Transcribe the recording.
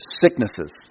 sicknesses